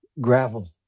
gravel